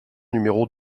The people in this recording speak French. numéro